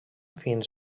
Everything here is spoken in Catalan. fins